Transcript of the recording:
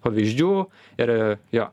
pavyzdžių ir jo